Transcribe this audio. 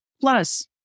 Plus